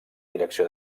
direcció